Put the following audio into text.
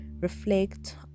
reflect